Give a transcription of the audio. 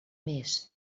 més